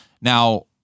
Now